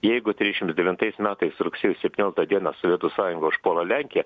jeigu trisdešimts devintais metais rugsėjo septynioliktą dieną sovietų sąjunga užpuola lenkiją